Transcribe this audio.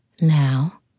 Now